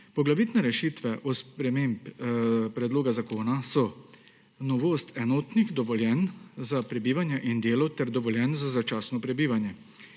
Poglavitne rešitve v spremembah predloga zakona so: novost enotnih dovoljenj za prebivanje in delo ter dovoljenj za začasno prebivanje,